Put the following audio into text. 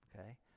okay